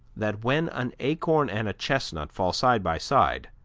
that, when an acorn and a chestnut fall side by side,